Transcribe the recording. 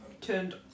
Turned